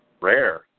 Rare